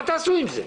מה תעשו עם זה?